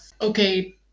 okay